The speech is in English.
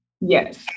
Yes